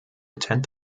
attend